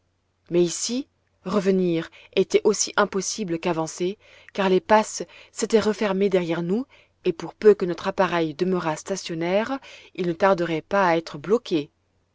mais ici revenir était aussi impossible qu'avancer car les passes s'étaient refermées derrière nous et pour peu que notre appareil demeurât stationnaire il ne tarderait pas à être bloqué